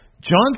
John